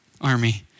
army